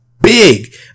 big